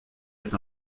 est